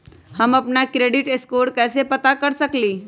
हम अपन credit score कैसे पता कर सकेली?